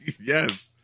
Yes